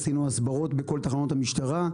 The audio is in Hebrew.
עשינו הסברות בכל תחנות המשטרה.